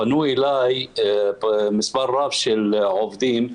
פנו אלי מספר רב של עובדים,